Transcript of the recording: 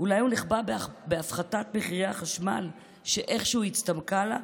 אולי הוא נחבא בהפחתת מחירי החשמל שאיכשהו הצטמקה לה,